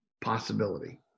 possibility